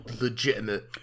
legitimate